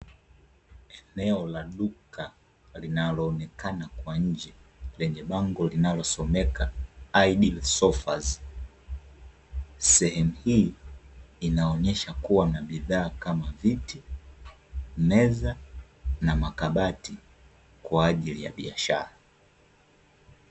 Eneo la duka linaloonekana kwa nje lenye bango linalosomeka (Ideal SOFAS). Sehemu hii inaonyesha kuwa na bidhaa kama: viti, meza na makabati; kwa ajili ya biashara.